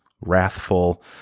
wrathful